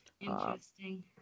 Interesting